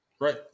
Right